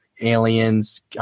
aliens